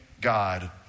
God